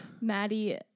Maddie